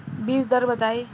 बीज दर बताई?